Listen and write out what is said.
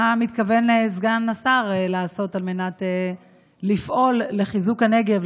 מה מתכוון סגן השר לעשות על מנת לפעול לחיזוק הנגב,